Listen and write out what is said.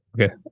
Okay